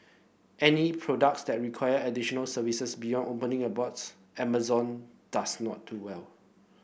any products that require additional services beyond opening a box Amazon does not do well